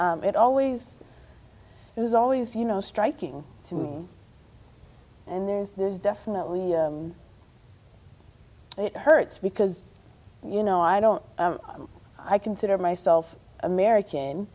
it always it was always you know striking to me and there's there's definitely it hurts because you know i don't i consider myself american